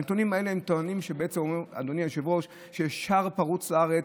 הנתונים האלה טוענים שיש שער פרוץ לארץ,